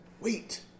wait